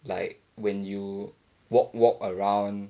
like when you walk walk around